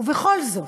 ובכל זאת,